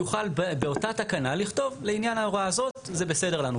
יוכל באותה תקנה לכתוב לעניין ההוראה הזאת זה בסדר לנו.